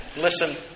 Listen